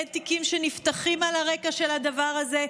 אין תיקים שנפתחים על הרקע של הדבר הזה,